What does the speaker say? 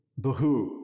bahu